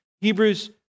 Hebrews